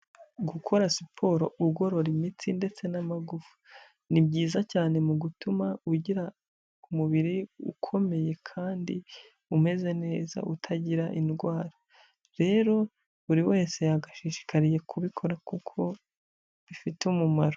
Gukora siporo ugorora imitsi ndetse n'amagufa ni byiza cyane mu gutuma ugira umubiri ukomeye kandi umeze neza, utagira indwara, rero buri wese yagashishikariye kubikora kuko bifite umumaro.